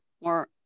More